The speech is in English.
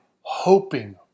hoping